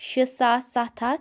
شےٚ ساس سَتھ ہَتھ